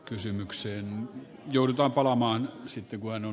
kysymykseen joudutaan palaamaan sitten luennoi